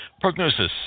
Prognosis